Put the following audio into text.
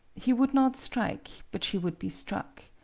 he would not strike, but she would be struck.